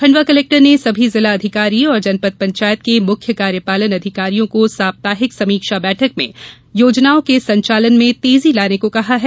Khandwa collector ने सभी जिला अधिकारी और जनपद पंचायत के मुख्य कार्यपालन अधिकारियों को साप्ताहिक समीक्षा बैठक में योजनाओं के संचालन में तेजी लाने को कहा है